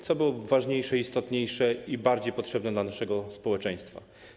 Co było ważniejsze, istotniejsze i bardziej potrzebne dla naszego społeczeństwa?